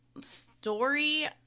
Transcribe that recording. story